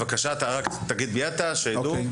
בבקשה תגיד רק מי אתה שידעו,